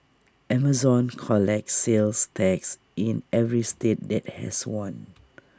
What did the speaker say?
Amazon collects sales tax in every state that has one